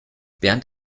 bernd